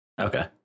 okay